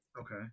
Okay